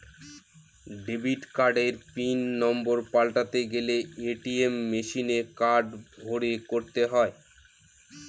debit কার্ডের pin number পাল্টাতে গেলে এ.টি.এম মেশিনে কার্ড ভোরে করতে হয়